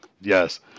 Yes